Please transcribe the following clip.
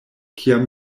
kiam